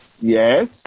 Yes